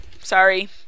Sorry